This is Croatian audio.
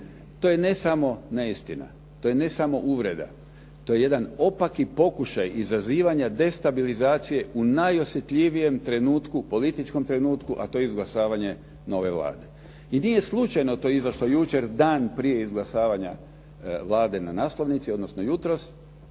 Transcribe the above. To je ne samo neistina. To je ne samo uvreda. To je jedan opaki pokušaj izazivanja destabilizacije u najosjetljivijem trenutku, političkom trenutku, a to je izglasavanje nove Vlade. I nije slučajno to izašlo jučer dan prije izglasavanja Vlade na naslovnici, odnosno jutros,